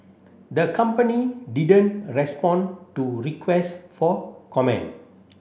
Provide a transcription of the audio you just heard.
the company didn't respond to requests for comment